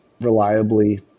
reliably